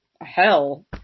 hell